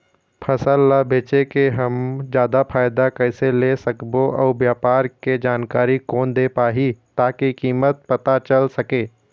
फसल ला बेचे के हम जादा फायदा कैसे ले सकबो अउ व्यापार के जानकारी कोन दे पाही ताकि कीमत पता चल सके?